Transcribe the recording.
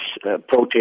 protest